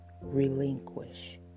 relinquish